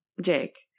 Jake